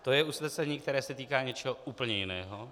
To je usnesení, které se týká něčeho úplně jiného.